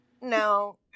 No